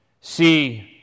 See